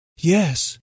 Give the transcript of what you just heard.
Yes